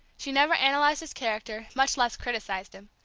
she never analyzed his character, much less criticised him.